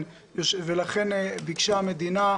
לכן ביקשה המדינה,